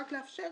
רק לאפשר